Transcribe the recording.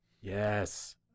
yes